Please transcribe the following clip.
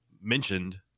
mentioned